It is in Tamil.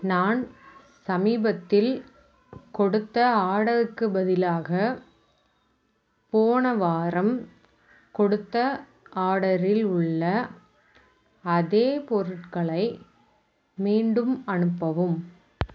நான் சமீபத்தில் கொடுத்த ஆர்டருக்கு பதிலாக போன வாரம் கொடுத்த ஆர்டரில் உள்ள அதே பொருட்களை மீண்டும் அனுப்பவும்